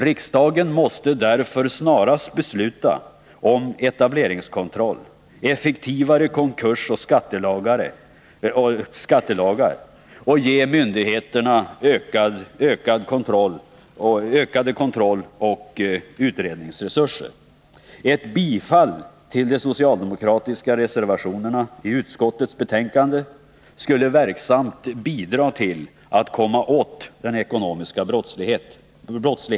Riksdagen måste därför snarast besluta om etableringskontroll och effektivare konkursoch skattelagar samt ge myndigheterna ökade kontrolloch utredningsresurser. Ett bifall till de socialdemokratiska reservationerna vid utskottets betänkande skulle verksamt bidra till att man lättare kunde komma åt den ekonomiska brottsligheten.